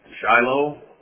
Shiloh